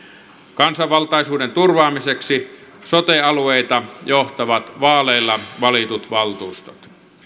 kansanvaltaisuuden turvaamiseksi sote alueita johtavat vaaleilla valitut valtuustot